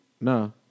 No